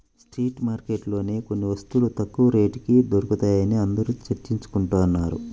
street మార్కెట్లలోనే కొన్ని వస్తువులు తక్కువ రేటుకి దొరుకుతాయని అందరూ చర్చించుకుంటున్నారు